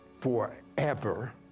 forever